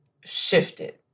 shifted